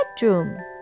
bedroom